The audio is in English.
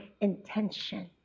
intention